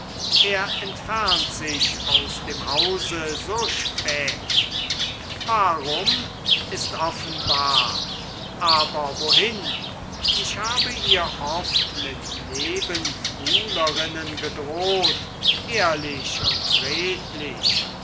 er entfernt sich aus dem hause so spät warum ist offenbar aber wohin ich habe ihr oft mit nebenbuhlerinnen gedroht ehrlich und redlich